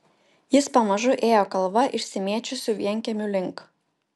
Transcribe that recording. jis pamažu ėjo kalva išsimėčiusių vienkiemių link